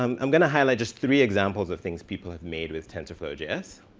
um i'm going to highlight just three examples of things people have made with tensorflow js,